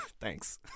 Thanks